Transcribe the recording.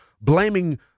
blaming